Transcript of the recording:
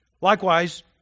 Likewise